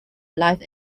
life